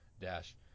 dash